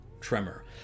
tremor (